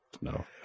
No